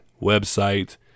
website